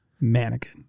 Mannequin